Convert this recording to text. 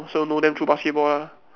so know them through basketball lah